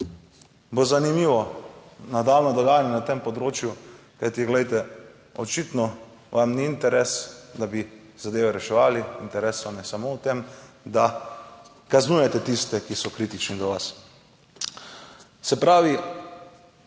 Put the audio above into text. bo zanimivo nadaljnje dogajanje na tem področju, kajti, glejte, očitno vam ni interes, da bi zadeve reševali, interes vam je samo v tem, da kaznujete tiste, ki so kritični do vas. Se pravi,